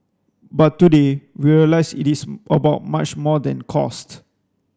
but today we realise it is about much more than cost